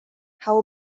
how